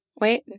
Wait